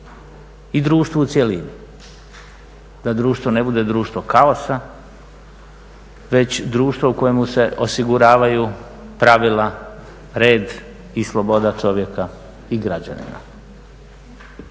i društvu u cjelini. Da društvo ne bude društvo kaosa već društvo u kojemu se osiguravaju pravila, red i sloboda čovjeka i građanina.